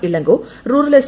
Ilango rural S